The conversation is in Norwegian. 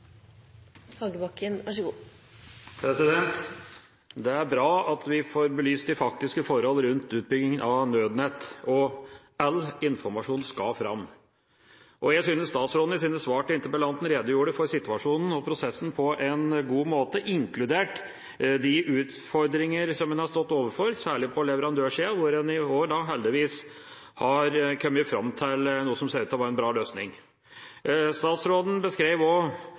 Det er bra at vi får belyst de faktiske forhold rundt utbyggingen av Nødnett, og all informasjon skal fram. Jeg synes statsråden, i sitt svar til interpellanten, redegjorde for situasjonen og prosessen på en god måte, inkludert de utfordringer som man har stått overfor, særlig på leverandørsiden, hvor man i år – heldigvis – har kommet fram til noe som ser ut til å være en bra løsning. Statsråden beskrev